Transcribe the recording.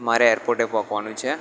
મારે એરપોર્ટે પહોંચવાનું છે